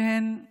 שהן נשים,